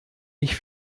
ich